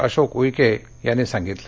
अशोक उईक आंनी सांगितलं